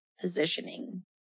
positioning